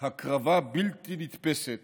הקרבה בלתי נתפסת